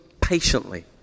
patiently